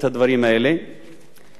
לצערי הרב, הוא ייצג